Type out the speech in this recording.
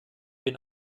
bin